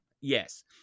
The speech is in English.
Yes